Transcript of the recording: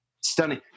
stunning